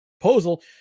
proposal